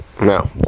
No